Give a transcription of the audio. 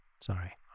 Sorry